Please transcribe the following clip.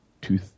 two